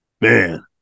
Man